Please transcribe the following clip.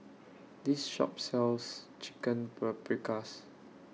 This Shop sells Chicken Paprikas